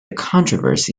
controversy